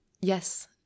Yes